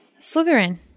Slytherin